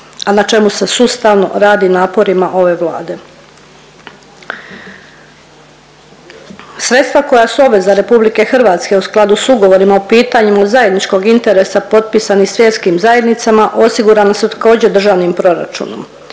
al na čemu se sustavno radi naporima ove Vlade. Sredstva koja … za RH u skladu s ugovorima o pitanjima od zajedničkog interesa potpisani svjetskim zajednicama osigurana su također državnim proračunom.